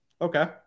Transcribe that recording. Okay